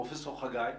פרופ' חגי,